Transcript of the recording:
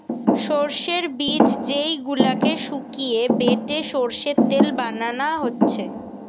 সোর্সের বীজ যেই গুলাকে শুকিয়ে বেটে সোর্সের তেল বানানা হচ্ছে